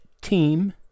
team